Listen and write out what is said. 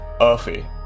earthy